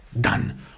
done